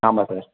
ஆமாம் சார்